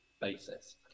basis